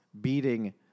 beating